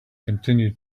continued